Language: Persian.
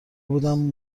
بودم